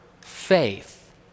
faith